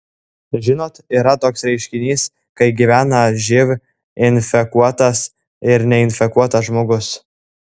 žinot yra toks reiškinys kai gyvena živ infekuotas ir neinfekuotas žmogus